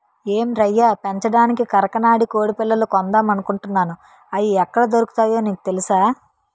ఏం రయ్యా పెంచడానికి కరకనాడి కొడిపిల్లలు కొందామనుకుంటున్నాను, అయి ఎక్కడ దొరుకుతాయో నీకు తెలుసా?